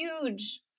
huge